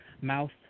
mouth